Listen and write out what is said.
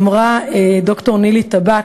אמרה ד"ר נילי טבק,